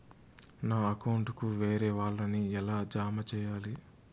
నా అకౌంట్ కు వేరే వాళ్ళ ని ఎలా జామ సేయాలి?